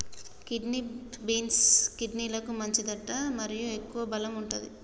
kidney beans, కిడ్నీలకు మంచిదట మరియు ఎక్కువ బలం వుంటది